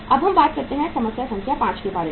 अब हम बात करते हैं समस्या संख्या 5 के बारे में